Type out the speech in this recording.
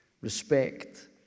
respect